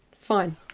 Fine